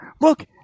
look